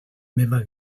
meva